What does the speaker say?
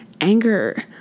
Anger